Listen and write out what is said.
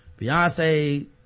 Beyonce